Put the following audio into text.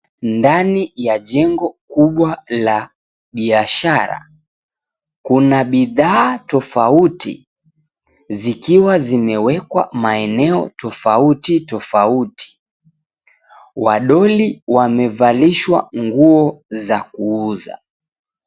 Ndani ya jengo kubwa la biashara kuna bidhaa tofauti zikiwa zinewekwa maeneo tofauti tofauti. Wadoli wamevalishwa nguo za kuuza.